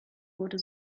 wurde